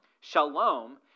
Shalom